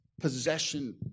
possession